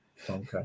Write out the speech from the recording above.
okay